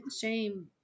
shame